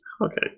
Okay